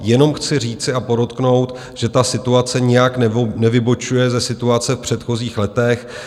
Jenom chci říci a podotknout, že situace nijak nevybočuje ze situace v předchozích letech.